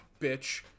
bitch